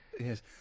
Yes